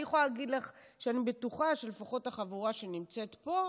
אני יכולה להגיד לך שאני בטוחה שלפחות החבורה שנמצאת פה,